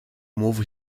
move